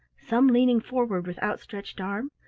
some leaning forward with outstretched arm,